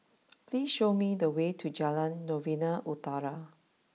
please show me the way to Jalan Novena Utara